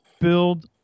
build